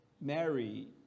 Mary